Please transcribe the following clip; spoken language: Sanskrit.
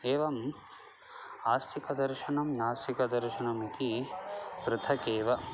एवम् आस्तिकदर्शनं नास्तिकदर्शनमिति पृथगेव